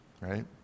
Right